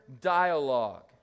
dialogue